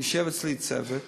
יושב אצלי צוות